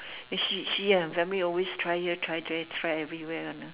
she she and her family always try here try there try everywhere one ah